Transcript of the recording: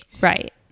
right